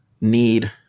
need